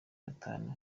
batanu